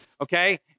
Okay